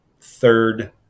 third